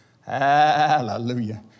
Hallelujah